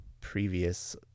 previous